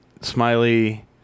smiley